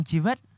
life